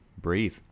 breathe